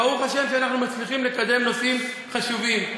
ברוך השם שאנחנו מצליחים לקדם נושאים חשובים,